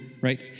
right